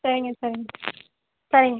சரிங்க சரிங்க சரிங்க